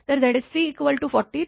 तर Zc 40